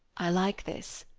i like this.